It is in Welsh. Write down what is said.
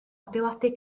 adeiladu